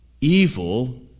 evil